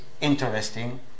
interesting